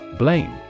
Blame